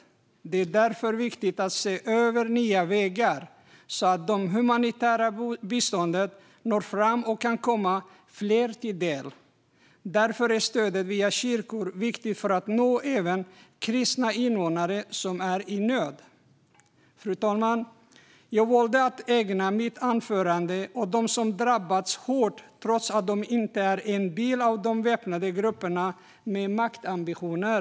Det är därför viktigt att se över nya vägar, så att det humanitära biståndet når fram och kan komma fler till del. Därför är stödet via kyrkor viktigt när det gäller att nå även kristna invånare som är i nöd. Fru talman! Jag valde att ägna mitt anförande åt dem som drabbats hårt trots att de inte är en del av de väpnade grupperna med maktambitioner.